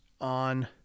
on